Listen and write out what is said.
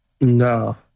No